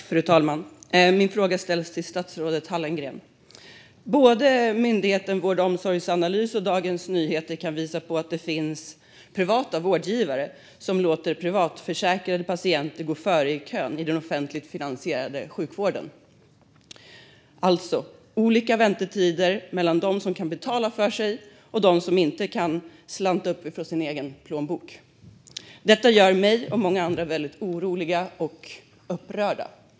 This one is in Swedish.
Fru talman! Min fråga går till statsrådet Hallengren. Både Myndigheten för vård och omsorgsanalys och Dagens Nyheter har visat att det finns privata vårdgivare som låter privatförsäkrade patienter gå före i kön i den offentligt finansierade sjukvården. Alltså blir det olika väntetider för dem som kan betala för sig och dem som inte kan slanta upp ur sin plånbok. Detta gör mig och många andra oroliga och upprörda.